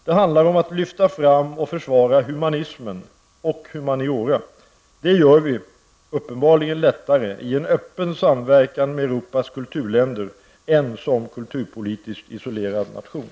Det handlar om att lyfta fram och försvara humanismen och humaniora. Det gör vi uppenbarligen lättare i en öppen samverkan med Europas kulturländer än som kulturpolitiskt isolerad nation.